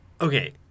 Okay